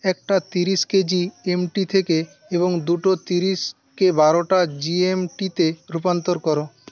একটা তিরিশকে জিএমটি থেকে এবং দুটো তিরিশকে বারোটা জিএমটিতে রুপান্তর করো